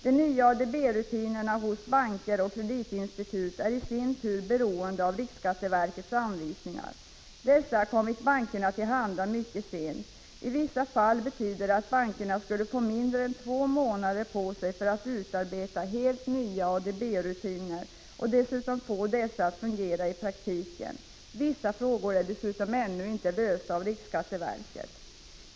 De nya ADB-rutinerna hos banker och kreditinstitut är i sin tur beroende av riksskatteverkets anvisningar. Dessa har kommit bankerna till handa mycket sent. Det betyder att bankerna i vissa fall skulle få mindre än två månader på sig för att utarbeta helt nya ADB-rutiner och dessutom få dessa att fungera i praktiken. Vissa problem är dessutom inte lösta av RSV.